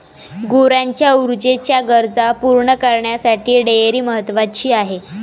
गुरांच्या ऊर्जेच्या गरजा पूर्ण करण्यासाठी डेअरी महत्वाची आहे